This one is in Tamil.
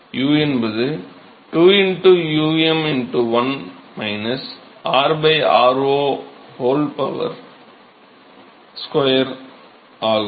u என்பது 2 um 1 r r02 ஆகும்